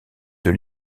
deux